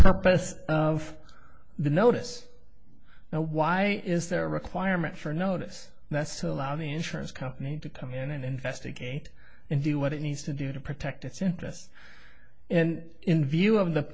purpose of the notice now why is there a requirement for a notice that's allowed the insurance company to come in and investigate and do what it needs to do to protect its interests and in view of the